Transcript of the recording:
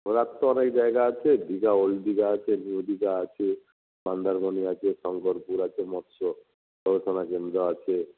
ঘোরার তো অনেক জায়গা আছে দীঘা ওল্ড দীঘা আছে নিউ দীঘা আছে মন্দারমণি আছে শঙ্করপুর আছে মৎস্য গবেষণা কেন্দ্র আছে